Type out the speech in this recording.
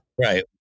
right